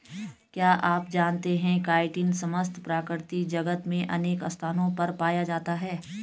क्या आप जानते है काइटिन समस्त प्रकृति जगत में अनेक स्थानों पर पाया जाता है?